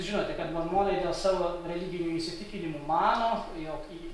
žinote kad mormonai dėl savo religinių įsitikinimų mano jog į